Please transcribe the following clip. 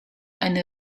eine